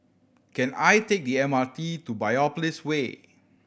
can I take the M R T to Biopolis Way